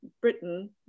britain